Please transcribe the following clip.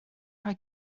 rhoi